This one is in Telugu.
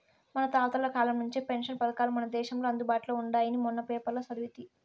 మన తాతల కాలం నుంచే పెన్షన్ పథకాలు మన దేశంలో అందుబాటులో ఉండాయని మొన్న పేపర్లో సదివితి